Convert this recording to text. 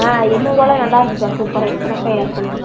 ஆ எண்நூறுருவால நல்லாயிருக்குக்கா சூப்பராக இப்போ தான்க்கா இறக்குனோம்